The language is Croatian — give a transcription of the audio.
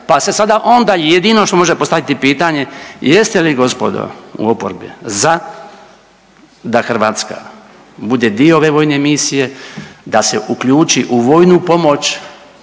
pa se sada onda i jedino što može postaviti pitanje, jeste li, gospodo u oporbi za da Hrvatska bude dio ove vojne misije, da se uključi u vojnu pomoć